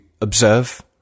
observe